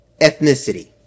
Ethnicity